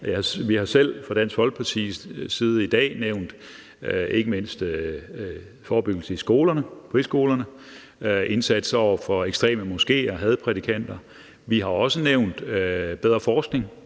Vi har selv fra Dansk Folkepartis side i dag nævnt ikke mindst forebyggelse i skolerne og friskolerne og indsats over for ekstreme moskeer og hadprædikanter. Vi har også nævnt bedre forskning,